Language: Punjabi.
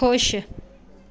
ਖੁਸ਼